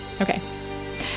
okay